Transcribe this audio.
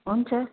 हुन्छ